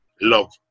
love